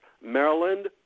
Maryland